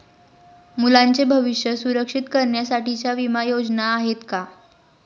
मुलांचे भविष्य सुरक्षित करण्यासाठीच्या विमा योजना आहेत का?